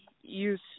use